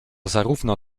zarówno